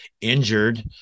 injured